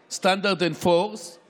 חברתStandard and Poor's ,